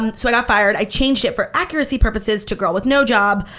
and so i got fired. i changed it for accuracy purposes to girl with no job,